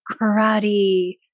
karate